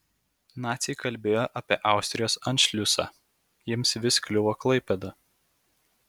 naciai kalbėjo apie austrijos anšliusą jiems vis kliuvo klaipėda